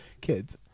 kids